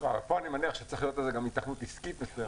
אני מניח שפה צריכה להיות גם היתכנות עסקית מסוימת.